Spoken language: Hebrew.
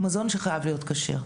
המזון חייב להיות כשר.